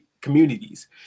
communities